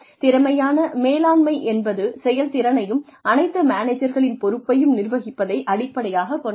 திறமையான மேலாண்மை என்பது செயல்திறனையும் அனைத்து மேனஜர்களின் பொறுப்பையும் நிர்வகிப்பதை அடிப்படையாகக் கொண்டது